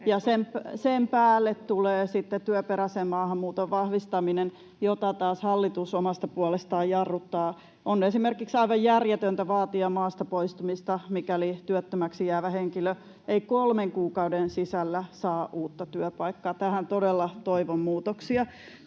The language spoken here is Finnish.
sen päälle tulee sitten työperäisen maahanmuuton vahvistaminen, jota taas hallitus omasta puolestaan jarruttaa. On esimerkiksi aivan järjetöntä vaatia maasta poistumista, mikäli työttömäksi jäävä henkilö ei kolmen kuukauden sisällä saa uutta työpaikkaa. Tähän todella toivon muutoksia.